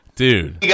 dude